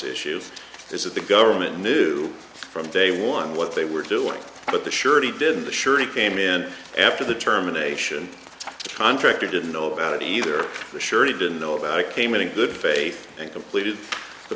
issue is that the government knew from day one what they were doing but the surety did the surety came in after the terminations contractor didn't know about it either surely didn't know about i came in in good faith and completed the